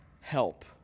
help